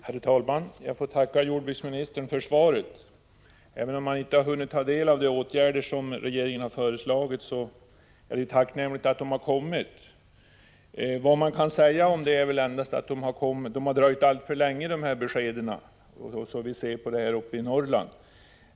Herr talman! Jag ber att få tacka jordbruksministern för svaret. Även om man inte har hunnit ta del av de åtgärder som regeringen har föreslagit är det ju tacknämligt att de har kommit. Vad som kan sägas är väl ändå att de här beskeden har dröjt alltför länge, som vi ser på saken uppe i Norrland.